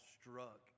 struck